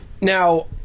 Now